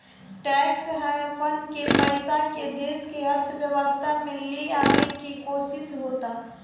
tax हैवेन के पइसा के देश के अर्थव्यवस्था में ले आवे के कोशिस होता